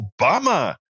Obama